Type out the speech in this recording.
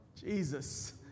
Jesus